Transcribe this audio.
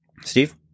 Steve